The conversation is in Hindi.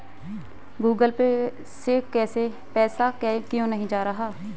गूगल पे से पैसा क्यों नहीं जा रहा है?